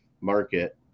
market